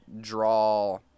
draw